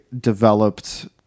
developed